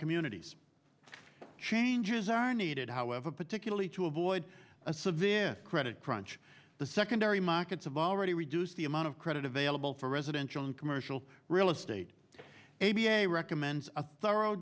communities changes are needed however particularly to avoid a severe credit crunch the secondary markets have already reduced the amount of credit available for residential and commercial real estate a b a recommends a thorough